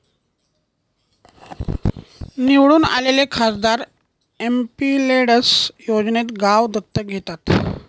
निवडून आलेले खासदार एमपिलेड्स योजनेत गाव दत्तक घेतात